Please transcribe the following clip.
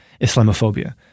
Islamophobia